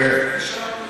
היא מחוברת לשם.